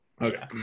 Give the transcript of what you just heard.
okay